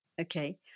okay